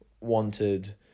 wanted